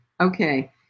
Okay